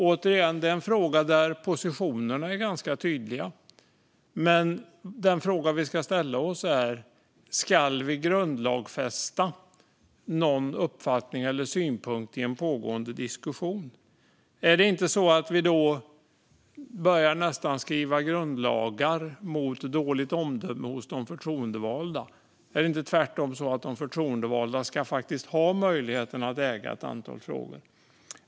Även det är en fråga där positionerna är ganska tydliga. Den fråga vi ska ställa oss är: Ska vi grundlagsfästa någon uppfattning eller synpunkt i en pågående diskussion? Är det inte så att vi då nästan börjar skriva grundlagar mot dåligt omdöme hos de förtroendevalda? Ska inte de förtroendevalda tvärtom ha möjligheten att äga ett antal frågor?